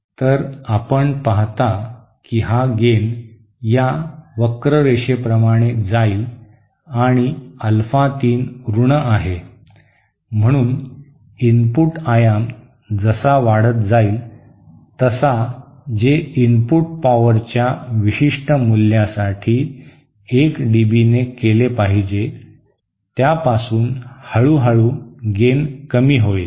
तर आपण पाहता की हा गेन या वक्र रेषेप्रमाणे जाईल आणि अल्फा 3 ऋण आहे म्हणून इनपुट आयाम जसा वाढत जाईल तसा जे इनपुट पॉवरच्या विशिष्ट मूल्यासाठी 1 डीबीने केले पाहिजे त्यापासून हळूहळू गेन कमी होईल